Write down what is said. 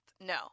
No